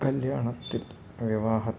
കല്യാണത്തിൽ വിവാഹത്തില്